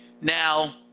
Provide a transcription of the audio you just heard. now